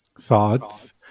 thoughts